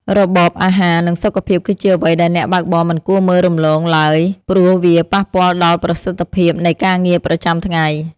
របបអាហារនិងសុខភាពគឺជាអ្វីដែលអ្នកបើកបរមិនគួរមើលរំលងឡើយព្រោះវាប៉ះពាល់ដល់ប្រសិទ្ធភាពនៃការងារប្រចាំថ្ងៃ។